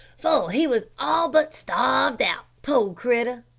for he was all but starved out, poor critter.